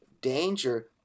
danger